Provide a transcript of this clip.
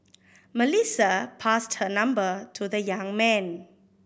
Melissa passed her number to the young man